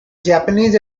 japanese